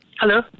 Hello